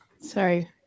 Sorry